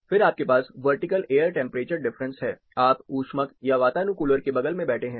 फिर आपके पास वर्टिकल एयर टेंपरेचर डिफरेंस है आप उष्मक या वातानुकूलर के बगल में बैठे हैं